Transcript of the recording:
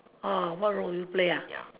uh what role would you play ah